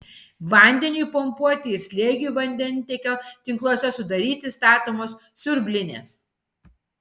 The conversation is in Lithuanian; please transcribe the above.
vandeniui pumpuoti ir slėgiui vandentiekio tinkluose sudaryti statomos siurblinės